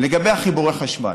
לגבי חיבורי חשמל,